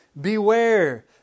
beware